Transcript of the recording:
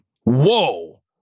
whoa